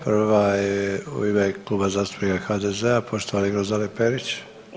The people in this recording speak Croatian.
Prva je u ime Kluba zastupnika HDZ-a, poštovane Grozdane Perić.